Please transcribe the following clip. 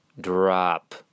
drop